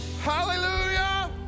Hallelujah